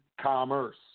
commerce